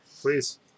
please